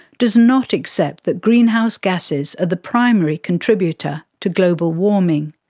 does not accept that greenhouse gases are the primary contributor to global warming.